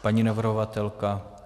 Paní navrhovatelka?